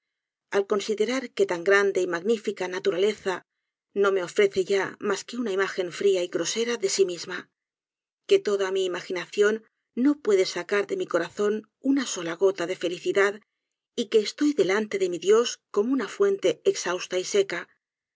al considerar que tan grande y magnífica naturaleza no me ofrece ya mas que una imagen fria y grosera de sí misma que toda mi imaginación no puede sacar de mi corazón una sola gota de felicidad y que estoy delante de mi dios como una fuente exhausta y seca